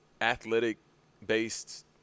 athletic-based